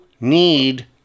need